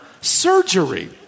surgery